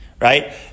Right